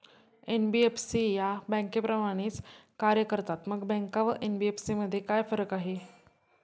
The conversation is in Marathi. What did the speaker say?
एन.बी.एफ.सी या बँकांप्रमाणेच कार्य करतात, मग बँका व एन.बी.एफ.सी मध्ये काय फरक आहे?